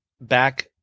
back